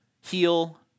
heal